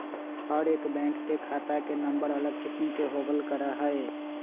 हर एक बैंक के खाता के नम्बर अलग किस्म के होबल करा हई